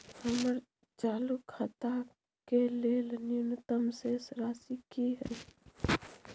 हमर चालू खाता के लेल न्यूनतम शेष राशि की हय?